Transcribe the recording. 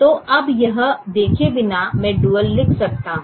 तो अब यह देखे बिना मैं डुअल लिख सकता हूं